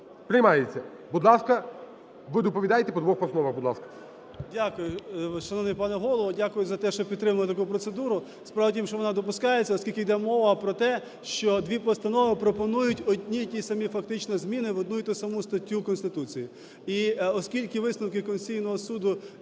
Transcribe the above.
Приймається. Будь ласка, ви доповідайте по двох постанова, будь ласка. 13:39:46 КНЯЗЕВИЧ Р.П. Дякую, шановний пане Голово. Дякую за те, що підтримали таку процедуру. Справа в тім, що вона допускається, оскільки іде мова про те, що дві постанови пропонують одні і ті самі фактично зміни в одну і ту саму статтю Конституції. І, оскільки висновки Конституційного Суду